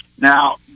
Now